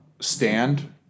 stand